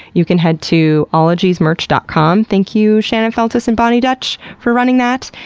you can head to ologiesmerch dot com. thank you, shannon feltus and boni dutch for running that!